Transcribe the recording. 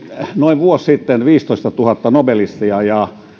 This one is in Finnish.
noin vuosi sitten viisitoistatuhatta nobelistia ja